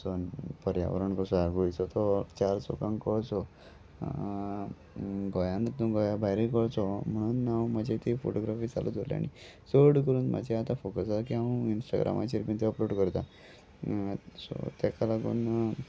आमचो पर्यावरण कसो आसा गोंयचो तो चार चौगांक कळचो गोंयानितू गोंया भायर कळचो म्हणून हांव म्हाजे ती फोटोग्राफी चालूत दवरली आनी चड करून म्हाजे आतां फॉकस आसा की हांव इंस्टाग्रामाचेर बी ते अपलोड करता सो तेका लागून